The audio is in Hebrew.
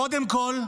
קודם כול,